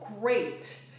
great